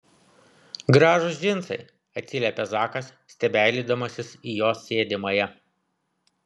gražūs džinsai atsiliepė zakas stebeilydamasis į jos sėdimąją